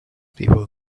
people